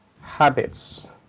habits